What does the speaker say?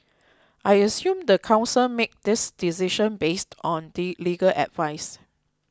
I assume the council made this decision based on the legal advice